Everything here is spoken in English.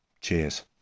cheers